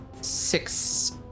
six